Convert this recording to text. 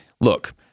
look